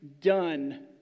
done